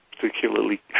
particularly